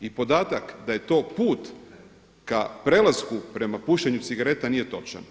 I podatak da je to put k prelasku prema pušenju cigareta nije točan.